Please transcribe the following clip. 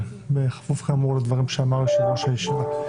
כן, בכפוף כאמור לדברים שאמר יושב ראש הישיבה.